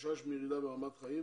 חשש מירידה ברמת חיים